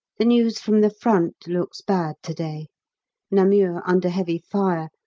the news from the front looks bad to-day namur under heavy fire,